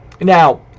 Now